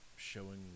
showing